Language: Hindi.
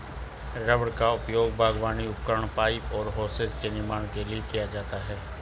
रबर का उपयोग बागवानी उपकरण, पाइप और होसेस के निर्माण के लिए किया जाता है